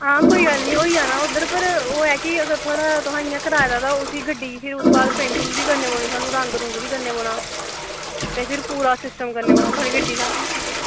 आं कोई गल्ल निं होई जाना ओह् उद्धर पर अगर इंया कराये दा ते उस गड्डी गी पेंटिंग बी करनी पौनी रंग करना ते फिर पूरा सिस्टम करना पौना पूरी गड्डी दा